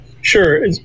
sure